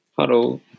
Hello